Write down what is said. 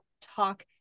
talk